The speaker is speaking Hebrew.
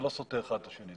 זה לא סותר אחד את השני,